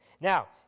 Now